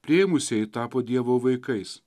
priėmusieji tapo dievo vaikais